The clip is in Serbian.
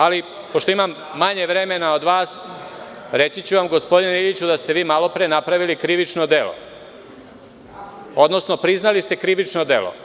Ali, pošto imam manje vremena od vas, reći ću vam, gospodine Iliću, da ste vi malo pre napravili krivično delo, odnosno priznali ste krivično delo.